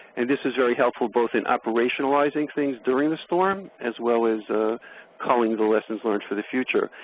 and this was very helpful both in operationalizing things during the storm as well as culling the lessons learned for the future.